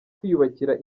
kwiyubakira